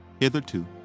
Hitherto